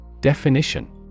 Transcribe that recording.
Definition